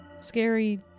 scary